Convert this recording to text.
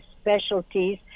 specialties